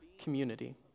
community